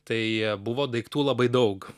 tai buvo daiktų labai daug